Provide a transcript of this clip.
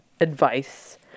advice